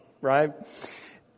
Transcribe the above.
right